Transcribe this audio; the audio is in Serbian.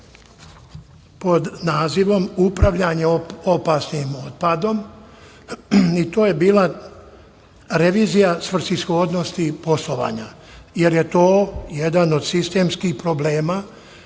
pod nazivom „Upravljanje opasnim otpadom“ i to je bila revizija svrsishodnosti poslovanja, jer je to jedan od sistemskih problema